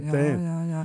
jo jo jo